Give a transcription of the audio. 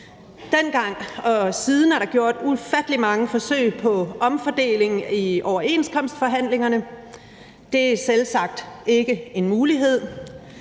Dengang og siden er der gjort ufattelig mange forsøg på omfordeling i overenskomstforhandlingerne. Det er selvsagt ikke en mulighed.